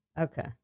Okay